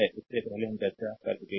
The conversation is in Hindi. इससे पहले हम चर्चा कर चुके हैं